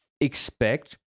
expect